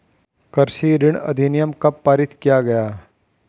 कृषि ऋण अधिनियम कब पारित किया गया?